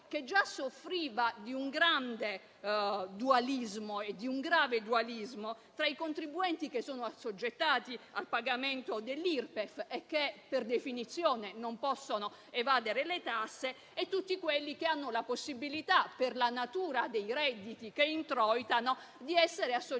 che già soffriva di un grande e grave dualismo tra i contribuenti che sono assoggettati al pagamento dell'Irpef, che per definizione non possono evadere le tasse, e tutti quelli che hanno la possibilità, per la natura dei redditi che introitano, di essere assoggettati